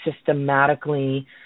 systematically